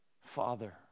Father